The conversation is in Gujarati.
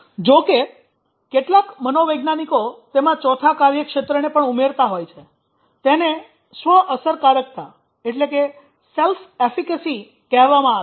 જો કે કેટલાક મનોવૈજ્ઞાનિકો તેમાં ચોથા કાર્યક્ષેત્રને પણ ઉમેરતા હોય છે તેને સ્વ અસરકારકતા કહેવામાં આવે છે